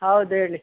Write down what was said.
ಹೌದು ಹೇಳಿ